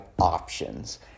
options